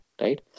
right